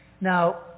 Now